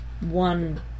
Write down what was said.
one